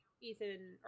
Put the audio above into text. ethan